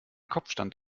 kopfstand